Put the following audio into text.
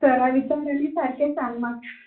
सरा विचार आनी सारकें सांग म्हाका